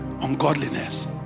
ungodliness